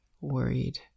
worried